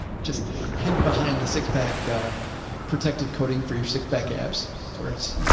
just hidden behind the six pack, a protective coating for your six pack. abs that's where it's.